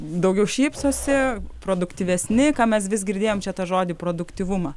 daugiau šypsosi produktyvesni ką mes vis girdėjom čia tą žodį produktyvumą